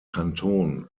kanton